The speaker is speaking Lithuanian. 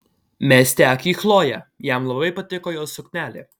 mesti akį į chlojė jam labai patiko jos suknelė